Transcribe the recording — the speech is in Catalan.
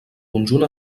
conjunt